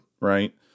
right